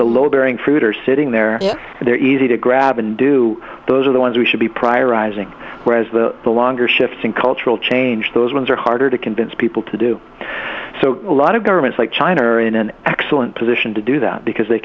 the load bearing fruit are sitting there and they're easy to grab and do those are the ones we should be prior rising whereas the the longer shifts in cultural change those ones are harder to convince people to do so a lot of governments like china are in an excellent position to do that because they